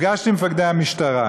נפגשתי עם מפקדי המשטרה.